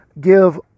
give